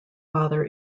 father